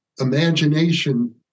imagination